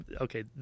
okay